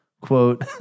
quote